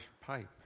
pipe